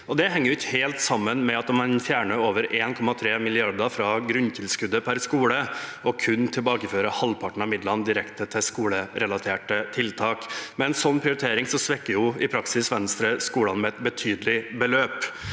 Det henger ikke helt sammen med at man fjerner over 1,3 mrd. kr fra grunnskoletilskuddet og kun tilbakefører halvparten av midlene direkte til skolerelaterte tiltak. Som prioritering svekker i praksis Venstre skolene med betydelige beløp.